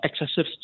excessive